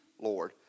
Lord